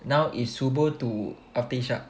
now is subuh to after isyak